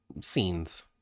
scenes